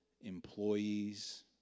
employees